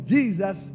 Jesus